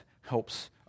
helps